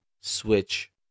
switch